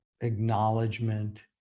acknowledgement